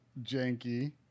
janky